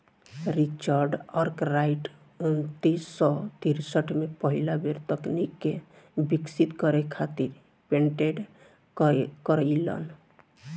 Richard Arkwright उन्नीस सौ तिरसठ में पहिला बेर तकनीक के विकसित करे खातिर पेटेंट करइलन